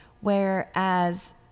Whereas